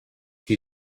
qui